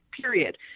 period